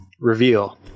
Reveal